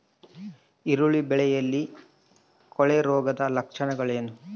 ಈರುಳ್ಳಿ ಬೆಳೆಯಲ್ಲಿ ಕೊಳೆರೋಗದ ಲಕ್ಷಣಗಳೇನು?